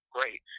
Great